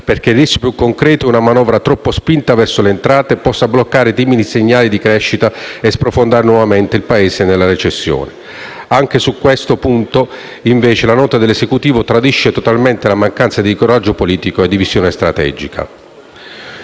Perché il rischio più concreto è che una manovra troppo spinta verso le entrate possa bloccare i timidi segnali di crescita e sprofondare nuovamente il Paese nella recessione. Anche su questo punto, invece, la Nota dell'Esecutivo tradisce totale mancanza di coraggio politico e di visione strategica.